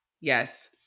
Yes